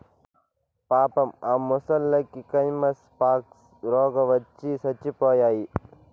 పాపం ఆ మొసల్లకి కైమస్ పాక్స్ రోగవచ్చి సచ్చిపోయాయి